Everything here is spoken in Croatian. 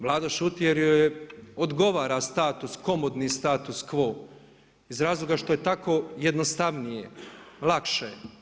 Vlada šuti jer joj odgovara status, komotni status quo iz razloga što je tako jednostavnije, lakše.